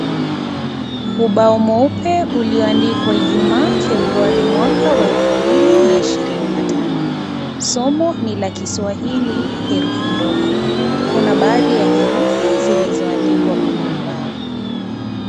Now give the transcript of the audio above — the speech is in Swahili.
Ubao mweupe ulioandikwa, Ijumaa, Februari 2025. Somo ni la Kiswahili, herufi ndogo. Kuna baadhi ya herufi zilizoandikwa kwenye ubao.